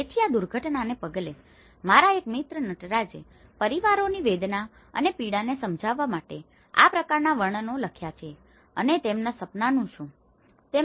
તેથી આ દુર્ઘટનાને પગલે મારા એક મિત્ર નટરાજે પરિવારોની વેદના અને પીડાને સમજાવવા માટે આ પ્રકારના વર્ણનો લખ્યાં છે અને તેમના સપનાનું શું થયું